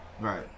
Right